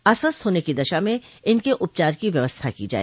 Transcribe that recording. अस्वस्थ होने की दशा में इनके उपचार की व्यवस्था की जाए